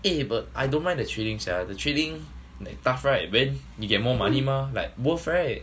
eh but I don't mind the training sia the training like tough right then you get more money mah like both right